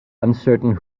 uncertain